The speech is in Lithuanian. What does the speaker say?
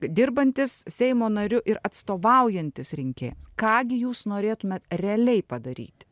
dirbantis seimo nariu ir atstovaujantis rinkėjams ką gi jūs norėtumėt realiai padaryti